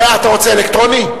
אתה רוצה אלקטרוני?